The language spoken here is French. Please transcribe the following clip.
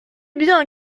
bien